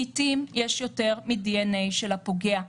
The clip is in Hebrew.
לעיתים יש יותר מדנ"א של הפוגע.